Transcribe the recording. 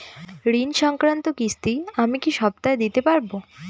ঋণ সংক্রান্ত কিস্তি আমি কি সপ্তাহে দিতে পারবো?